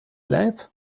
length